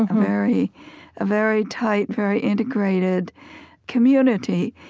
very ah very tight, very integrated community.